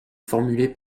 formulée